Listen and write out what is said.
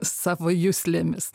savo juslėmis